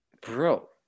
Bro